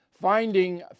Finding